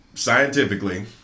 Scientifically